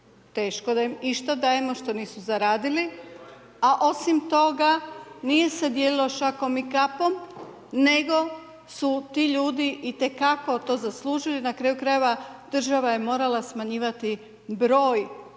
Teško da im išta dajemo što nisu zaradili. A osim toga, nije se dijelilo šakom i kapom nego su ti ljudi itekako to zaslužili, na kraju krajeva država je morala smanjivati broj